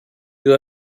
you